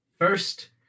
First